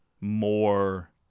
more